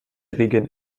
regeln